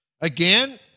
again